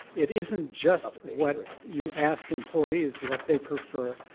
it isn't just what you ask employees what they prefer,